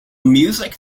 music